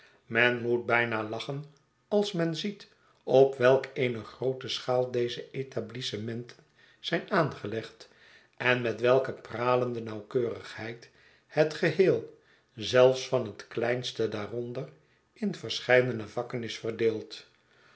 men moet bijna lachen als men ziet op welk eene groote schaal deze etablissementen zijnaangelegd en met welke pralende nauwkeurigheid het geheel zelfs van het kleinste daaronder in verscheidene vakken is verdeeld